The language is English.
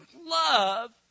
love